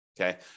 okay